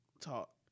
talk